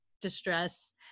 distress